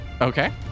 Okay